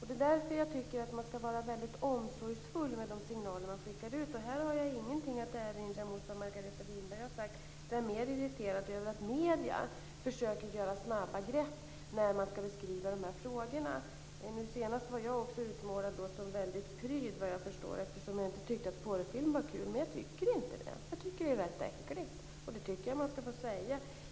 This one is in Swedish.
Det är därför jag tycker att man skall vara mycket omsorgsfull med de signaler man skickar ut. Här har jag ingenting att erinra mot vad Margareta Winberg har sagt. Jag är mer irriterad över att medierna försöker ta så snabba grepp när de skall beskriva de här frågorna. Nu senast var jag också utmålad som väldigt pryd, eftersom jag inte tyckte att porrfilm var kul. Men jag tycker inte det. Jag tycker att det är rätt äckligt, och det tycker jag att man skall få säga.